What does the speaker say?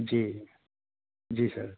جی جی سر